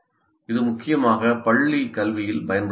இது முக்கியமாக பள்ளி கல்வியில் பயன்படுத்தப்பட்டது